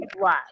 love